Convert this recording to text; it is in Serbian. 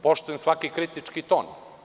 Poštujem svaki kritički ton.